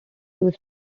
used